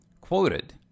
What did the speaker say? quoted